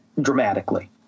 dramatically